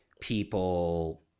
people